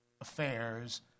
affairs